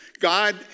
God